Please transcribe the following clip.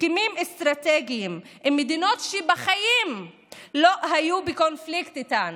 הסכמים אסטרטגיים עם מדינות שבחיים לא היו בקונפליקט איתנו.